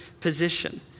position